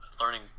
learning